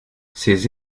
ces